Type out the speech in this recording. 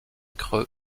creux